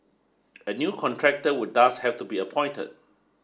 a new contractor would thus have to be appointed